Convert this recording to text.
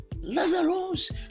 lazarus